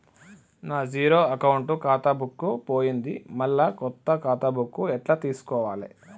నా zero account ఖాతా book పోయింది మళ్ళా కొత్త ఖాతా బుక్కు ఎట్ల తీసుకోవాలే?